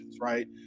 right